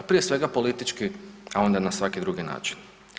Prije svega politički, a onda na svaki drugi način.